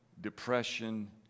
depression